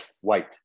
white